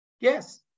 Yes